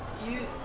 you